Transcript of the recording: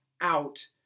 out